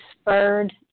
spurred